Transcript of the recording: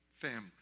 family